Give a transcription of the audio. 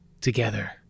Together